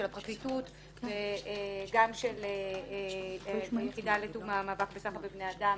של הפרקליטות וגם של היחידה למאבק בסחר בבני אדם